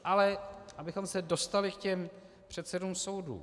Ale abychom se dostali k těm předsedům soudů.